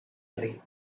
tree